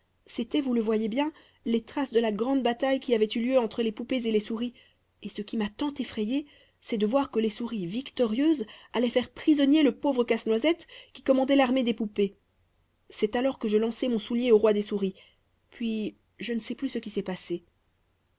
c'était vous le voyez bien les traces de la grande bataille qui avait eu lieu entre les poupées et les souris et ce qui m'a tant effrayée c'est de voir que les souris victorieuses allaient faire prisonnier le pauvre casse-noisette qui commandait l'armée des poupées c'est alors que je lançai mon soulier au roi des souris puis je ne sais plus ce qui s'est passé